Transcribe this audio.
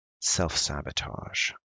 self-sabotage